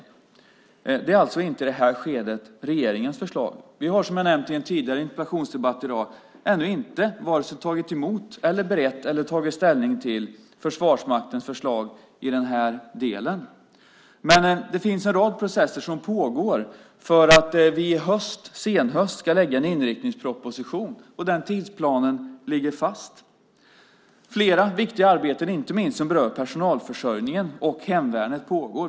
Detta är alltså inte regeringens förslag i det här skedet. Vi har, som jag har nämnt i en tidigare interpellationsdebatt i dag, ännu inte vare sig tagit emot, berett eller tagit ställning till Försvarsmaktens förslag i den här delen. Men det finns en rad processer som pågår för att vi under senhösten ska kunna lägga fram en inriktningsproposition. Den tidsplanen ligger fast. Flera viktiga arbeten, inte minst sådana som berör personalförsörjningen och hemvärnet, pågår.